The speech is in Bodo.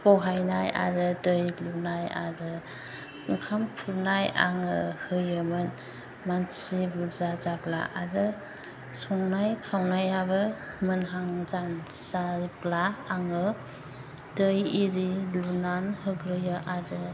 बहायनाय आरो दै लुनाय आरो ओंखाम खुरनाय आङो होयोमोन मानसि बुरजा जाब्ला आरो संनाय खावनायाबो मोनहां जा जाब्ला आङो दै इरि लुनान होग्रोयो आरो